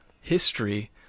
history